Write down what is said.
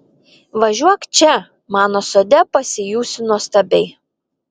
važiuok čia mano sode pasijusi nuostabiai